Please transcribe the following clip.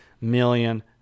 million